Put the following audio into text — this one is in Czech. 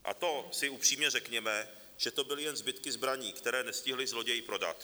A to si upřímně řekněme, že to byly jen zbytky zbraní, které nestihli zloději prodat.